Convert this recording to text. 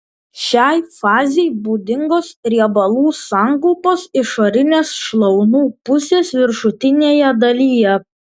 šiai fazei būdingos riebalų sankaupos išorinės šlaunų pusės viršutinėje dalyje